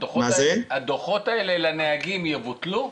הדוחות האלה לנהגים יבוטלו?